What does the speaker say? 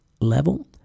level